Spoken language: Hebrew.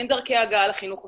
אין דרכי הגעה לחינוך הפורמלי,